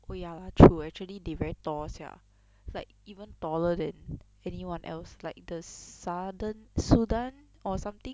oh ya true actually they very tall sia like even taller than anyone else like the sudden sudan or something